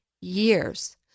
years